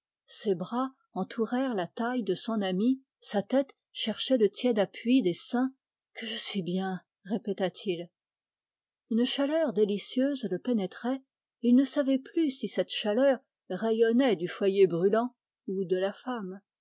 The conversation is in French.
ses bras entourèrent la taille de son amie sa tête cherchait le tiède appui des seins que je suis bien répéta-t-il une chaleur délicieuse le pénétrait et il ne savait plus si cette chaleur rayonnait du foyer brûlant ou de la femme